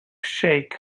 sheikh